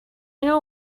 know